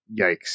yikes